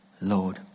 Lord